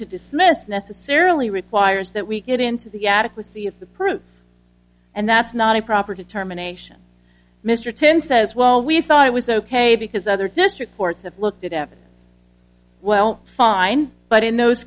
to dismiss necessarily requires that we get into the adequacy of the proof and that's not a proper determination mr ten says well we thought it was ok because other district courts have looked at em well fine but in those